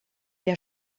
der